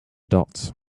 dots